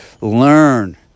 Learn